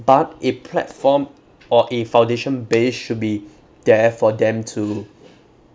but a platform or a foundation base should be there for them to